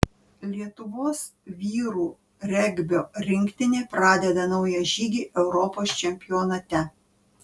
lietuvos vyrų regbio rinktinė pradeda naują žygį europos čempionate